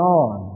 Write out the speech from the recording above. on